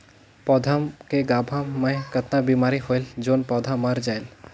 पौधा के गाभा मै कतना बिमारी होयल जोन पौधा मर जायेल?